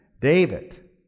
David